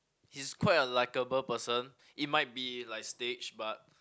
he's quite a likable person it might be like staged but